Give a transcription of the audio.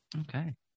Okay